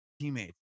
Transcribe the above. teammates